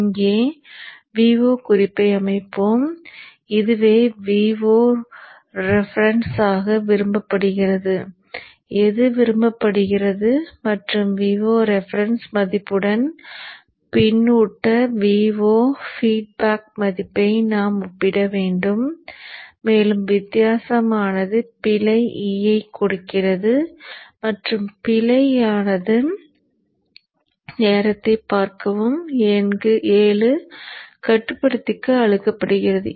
இங்கே Vo குறிப்பை அமைப்போம் இதுவே Vo ரெபரன்ஸ் ஆக விரும்பப்படுகிறது எது விரும்பப்படுகிறது மற்றும் Vo ரெபரன்ஸ் மதிப்புடன் பின்னூட்ட Vo ஃபீட்பேக் மதிப்பை நாம் ஒப்பிட வேண்டும் மேலும் வித்தியாசமானது பிழை eஐக் கொடுக்கிறது மற்றும் பிழையானது நேரம் பார்க்க 0700 கட்டுப்படுத்திக்கு அளிக்கப்படுகிறது